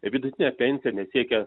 vidutinė pensija nesiekia